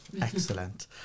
Excellent